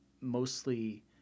mostly